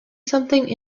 something